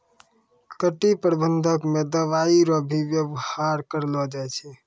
कीट प्रबंधक मे दवाइ रो भी वेवहार करलो जाय छै